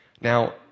Now